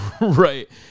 Right